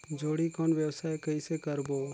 जोणी कौन व्यवसाय कइसे करबो?